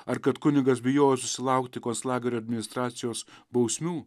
ar kad kunigas bijojo susilaukti konslagerio administracijos bausmių